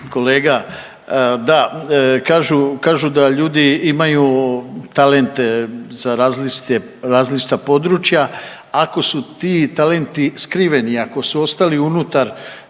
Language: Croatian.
kolega. Da, kažu da ljudi imaju talente za različita područja, ako su ti talenti skriveni i ako su ostali unutar,